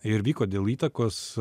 ir vyko dėl įtakos